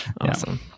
Awesome